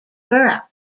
borough